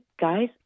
guys